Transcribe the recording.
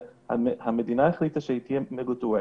כשהמדינה החליטה שהיא תהיה מדורגת,